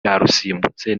yarusimbutse